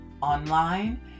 online